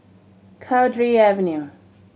Cowdray Avenue